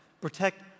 protect